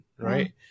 right